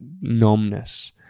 numbness